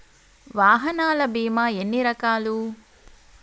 వాహనాల బీమా ఎన్ని రకాలు?